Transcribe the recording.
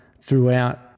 throughout